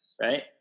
Right